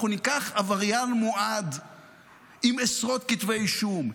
אנחנו ניקח עבריין מועד עם עשרות כתבי אישום,